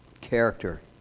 character